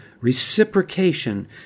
reciprocation